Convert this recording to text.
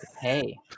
Hey